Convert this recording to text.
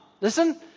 listen